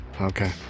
Okay